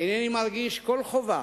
אינני מרגיש כל חובה